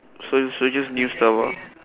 so so just new server